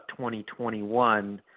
2021